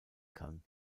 kann